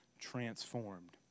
transformed